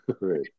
Right